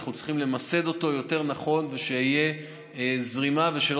אנחנו צריכים למסד אותו יותר נכון ושתהיה זרימה ושלא